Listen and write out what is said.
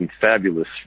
fabulous